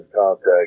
contact